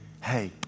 hey